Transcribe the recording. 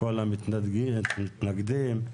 לכל המתנגדים,